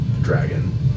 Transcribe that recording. dragon